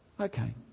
okay